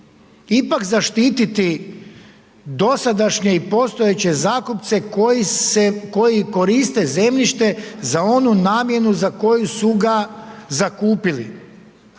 ipak zaštititi dosadašnje i postojeće zakupce koji koriste zemljište za onu namjenu za koju su ga zakupili